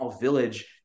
village